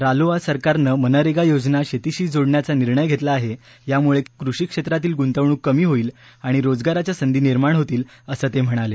रालोआ सरकारनं मनरेगा योजना शेतीशी जोडण्याचा निर्णय घेतला आहे यामुळे कृषी क्षेत्रातली गुंतवणूक कमी होईल आणि रोजगाराच्या संधी निर्माण होतील असं ते म्हणाले